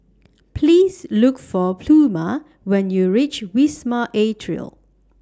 Please Look For Pluma when YOU REACH Wisma Atria